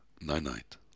Night-night